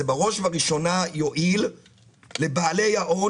זה בראש ובראשונה יועיל לבעלי ההון